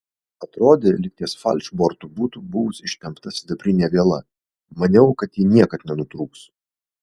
atrodė lyg ties falšbortu būtų buvus ištempta sidabrinė viela maniau kad ji niekad nenutrūks